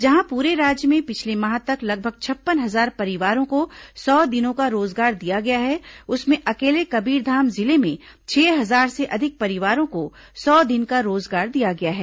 जहां पूरे राज्य में पिछले माह तक लगभग छप्पन हजार परिवारों को सौ दिनों का रोजगार दिया गया है उसमें अकेले कबीरधाम जिले में छह हजार से अधिक परिवारों को सौ दिन का रोजगार दिया गया है